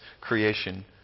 creation